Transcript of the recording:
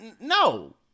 no